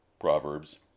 Proverbs